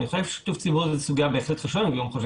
הנושא של שיתוף ציבור היא בהחלט סוגיה חשובה ואני גם חושב